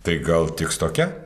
tai gal tiks tokia